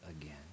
again